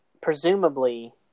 presumably